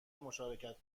مشارکت